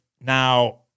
Now